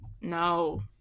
no